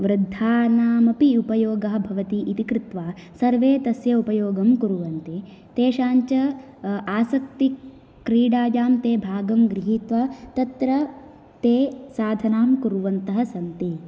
वृद्धानामपि उपयोगः भवति इति कृत्वा सर्वे तस्य उपयोगं कुर्वन्ति तेषां च आसक्ति क्रीडायां ते भागं गृहीत्वा तत्र ते साधनां कुर्वन्तः सन्ति